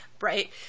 Right